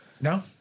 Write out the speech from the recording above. No